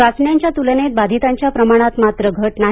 चाचण्यांच्या तूलनेत बाधितांच्या प्रमाणात मात्र घट नाही